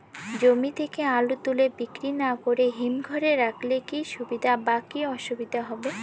জমি থেকে আলু তুলে বিক্রি না করে হিমঘরে রাখলে কী সুবিধা বা কী অসুবিধা হবে?